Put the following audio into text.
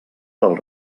del